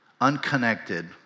unconnected